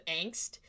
angst